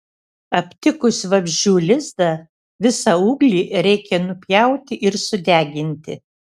aptikus vabzdžių lizdą visą ūglį reikia nupjauti ir sudeginti